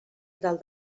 del